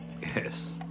Yes